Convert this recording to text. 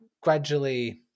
gradually